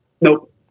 Nope